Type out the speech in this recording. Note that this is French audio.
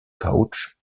coachs